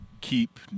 keep